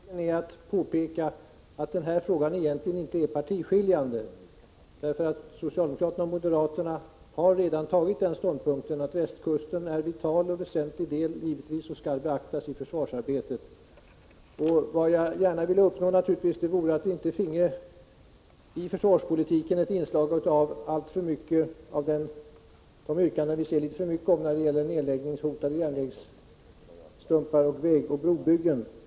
Herr talman! Jag kan i och för sig förstå den inställningen. Men jag är angelägen om att påpeka att den här frågan egentligen inte är partiskiljande. Socialdemokraterna och moderaterna har redan intagit den ståndpunkten att västkusten är en vital och väsentlig del av landet och givetvis skall beaktas i försvarsarbetet. Vad jag gärna vill uppnå är att vi inte i försvarspolitiken får ett inslag av sådana yrkanden som vi ser litet för mycket av när det gäller nedläggningshotade järnvägsstumpar och vägoch brobyggen.